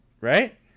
Right